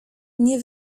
nie